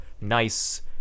nice